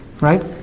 Right